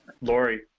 Lori